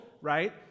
right